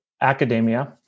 academia